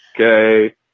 Okay